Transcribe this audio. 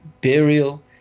burial